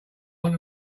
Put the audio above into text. want